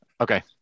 Okay